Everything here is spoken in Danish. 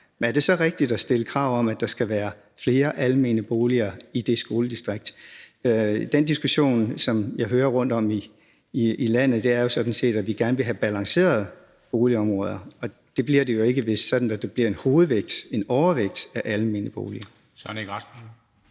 det er et kommunalt krav – at stille krav om, at der skal være flere almene boliger i det skoledistrikt? Den diskussion, som jeg hører rundtom i landet, er jo sådan set, at vi gerne vil have balancerede boligområder, og det bliver de jo ikke, hvis det er sådan, at der bliver en overvægt af almene boliger. Kl. 18:03 Formanden